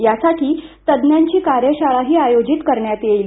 यासाठी तज्ज्ञांची कार्यशाळाही आयोजित करण्यात येणार आहे